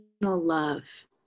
love